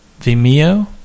Vimeo